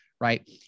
right